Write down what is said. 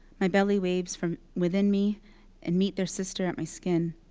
my belly waves from within me and meet their sister at my skin.